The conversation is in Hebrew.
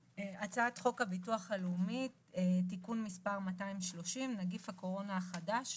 "הצעת חוק הביטוח הלאומי (תיקון מס' 230) (נגיף הקורונה החדש